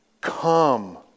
Come